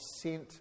sent